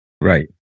Right